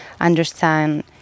understand